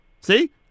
See